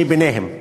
אני ביניהם.